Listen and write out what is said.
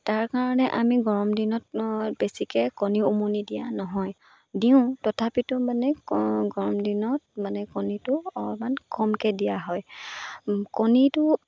তাৰ কাৰণে আমি গৰম দিনত বেছিকৈ কণী উমনি দিয়া নহয় দিওঁ তথাপিতো মানে গৰম দিনত মানে কণীটো অকণমান কমকৈ দিয়া হয় কণীটো